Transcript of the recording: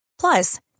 Plus